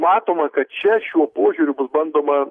matoma kad čia šiuo požiūriu bus bandoma